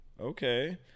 okay